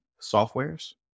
softwares